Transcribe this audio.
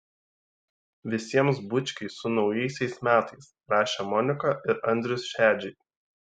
visiems bučkiai su naujaisiais metais rašė monika ir andrius šedžiai